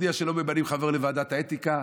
להודיע שלא ממנים חבר לוועדת האתיקה,